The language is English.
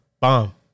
Bomb